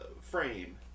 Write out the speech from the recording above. frame